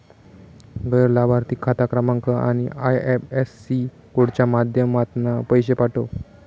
गैर लाभार्थिक खाता क्रमांक आणि आय.एफ.एस.सी कोडच्या माध्यमातना पैशे पाठव